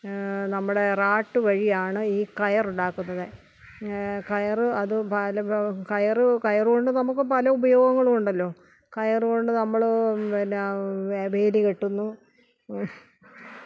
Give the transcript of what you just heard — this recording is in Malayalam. നമ്മുടെ റാട്ട് വഴിയാണ് ഈ കയറുണ്ടാക്കുന്നത് കയറ് അത് ഭാല ഭ കയറ് കയറുകൊണ്ട് നമുക്ക് പല ഉപയോഗങ്ങളും ഉണ്ടല്ലൊ കയറുകൊണ്ട് നമ്മള് എന്നാ വേ വേലി കെട്ടുന്നു